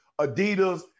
Adidas